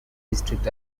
district